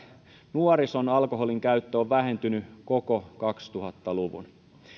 nuorison alkoholinkäyttö on vähentynyt koko kaksituhatta luvun